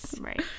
Right